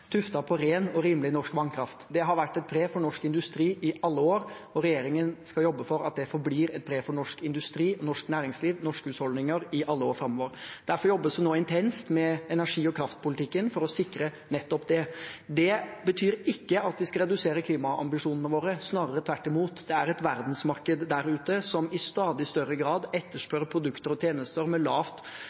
på ren og rimelig norsk vannkraft. Det har vært et pre for norsk industri i alle år, og regjeringen skal jobbe for at det forblir et pre for norsk industri, norsk næringsliv og norske husholdninger i alle år framover. Derfor jobbes det nå intenst med energi- og kraftpolitikken for å sikre nettopp det. Det betyr ikke at vi skal redusere klimaambisjonene våre – snarere tvert imot. Det er et verdensmarked der ute som i stadig større grad etterspør produkter og tjenester med lavt